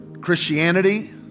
Christianity